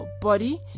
body